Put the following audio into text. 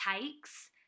takes